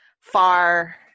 far